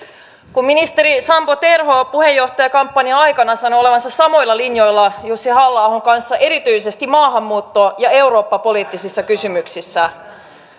ministeri sampo terho puheenjohtajakampanjan aikana sanoi olevansa samoilla linjoilla jussi halla ahon kanssa erityisesti maahanmuutto ja eurooppa poliittisissa kysymyksissä